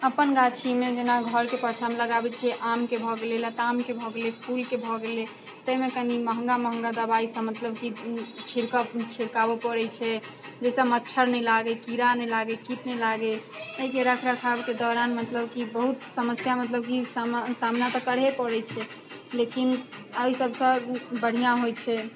अपन गाछीमे जेना घरके पाछाँमे लगाबैत छियै आमके भऽ गेलै लतामके भऽ गेलै फूलके भऽ गेलै ताहिमे कनी महँगा महँगा दवाइ सब मतलब कि छिड़काव छिरकावै पड़ैत छै जाहिसँ मच्छर नहि लागै कीड़ा नहि लागै कीट नहि लागै एहिके रख रखावके दौरान मतलब कि बहुत समस्या मतलब कि सामना तऽ करहे पड़ैत छै लेकिन एहि सबसँ बढ़िया होइत छै